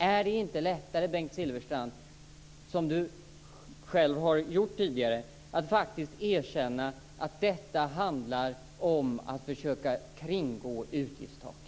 Är det inte lättare att faktiskt erkänna, som Bengt Silfverstrand har gjort tidigare, att detta handlar om att försöka kringgå utgiftstaket?